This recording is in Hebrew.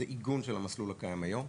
זה עיגון של המסלול הקיים היום.